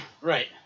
Right